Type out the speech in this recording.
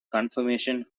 confirmation